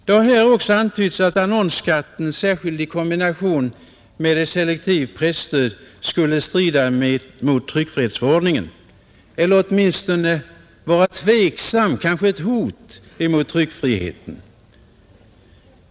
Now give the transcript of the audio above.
Det har här också antytts att annonsskatten, särskilt i kombination med ett selektivt presstöd, skulle strida mot tryckfrihetsförordningen eller åtminstone kanske vara ett hot mot tryckfriheten.